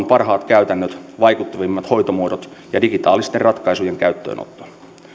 parhaat käytännöt vaikuttavimmat hoitomuodot ja digitaalisten ratkaisujen käyttöönotto